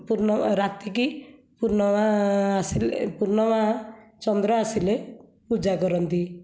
ପୂର୍ଣ୍ଣିମା ରାତିକି ପୂର୍ଣ୍ଣିମା ଆସିଲେ ପୂର୍ଣ୍ଣିମା ଚନ୍ଦ୍ର ଆସିଲେ ପୂଜା କରନ୍ତି